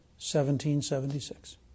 1776